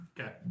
Okay